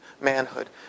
manhood